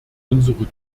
unsere